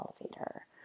elevator